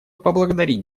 поблагодарить